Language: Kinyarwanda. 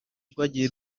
rwagiye